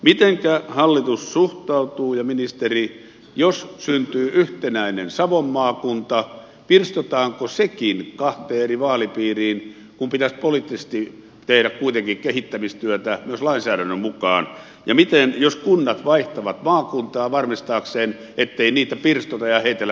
mitenkä hallitus ja ministeri suhtautuvat jos syntyy yhtenäinen savon maakunta pirstotaanko sekin kahteen eri vaalipiiriin kun pitäisi poliittisesti tehdä kuitenkin kehittämistyötä myös lainsäädännön mukaan ja miten jos kunnat vaihtavat maakuntaa varmistaakseen ettei niitä pirstota ja heitellä minne sattuu